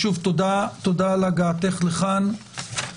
תודה על הגעתך לכאן.